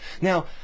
Now